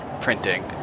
printing